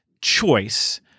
choice